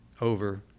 over